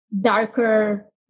darker